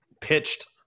pitched